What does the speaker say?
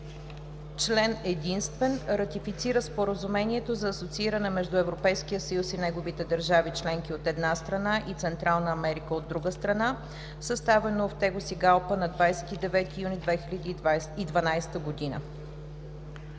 Член единствен. Ратифицира Споразумението за асоцииране между Европейския съюз и неговите държави членки, от една страна, и Централна Америка, от друга страна, съставено в Тегусигалпа на 29 юни 2012 г.“